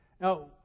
Now